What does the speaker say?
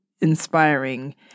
inspiring